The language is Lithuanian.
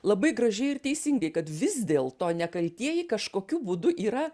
labai gražiai ir teisingai kad vis dėl to nekaltieji kažkokiu būdu yra